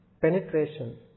penetration